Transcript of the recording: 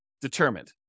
determined